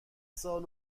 سال